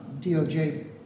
DOJ